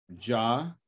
Ja